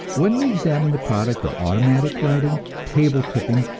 when we examine the product of automatic writing, table-tipping,